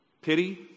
Pity